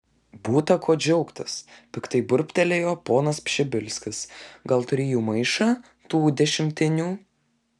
būta ko džiaugtis piktai burbtelėjo ponas pšibilskis gal turi jų maišą tų dešimtinių